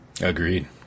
agreed